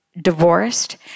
divorced